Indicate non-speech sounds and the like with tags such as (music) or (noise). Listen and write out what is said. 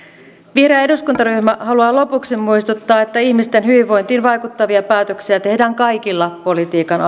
vihreä eduskuntaryhmä haluaa lopuksi muistuttaa että ihmisten hyvinvointiin vaikuttavia päätöksiä tehdään kaikilla politiikan (unintelligible)